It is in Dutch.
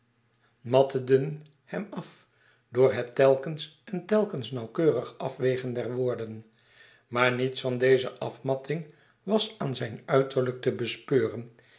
halve zinnen matteden hem af door het telkens en telkens nauwkeurig afwegen der woorden maar niets van deze afmatting was aan zijn uiterlijk te bespeuren